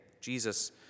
Jesus